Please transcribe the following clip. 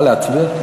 מה, להצביע?